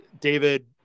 David